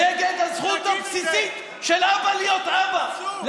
הצבעתם נגד הזכות הבסיסית של אבא להיות אבא.